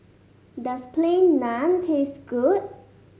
does Plain Naan taste good